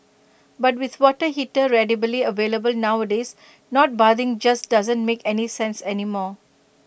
but with water heater available nowadays not bathing just doesn't make any sense anymore